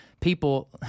people